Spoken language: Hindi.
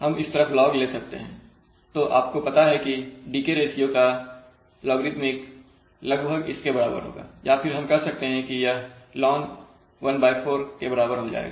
हम इस तरफ log ले सकते हैं तो आपको पता है डीके रेशियो का ln लगभग इसके बराबर होगा या फिर हम यह कह सकते हैं कि यह ln¼ के बराबर हो जाएगा